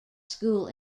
school